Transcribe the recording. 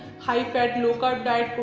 high fat. low carb diet.